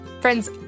Friends